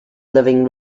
living